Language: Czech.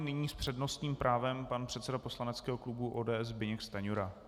Nyní s přednostním právem pan předseda poslaneckého klubu ODS Zbyněk Stanjura.